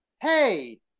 hey